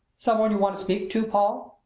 some one you want to speak to, paul?